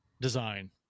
design